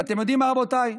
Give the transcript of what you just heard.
ואתם יודעים מה, רבותיי?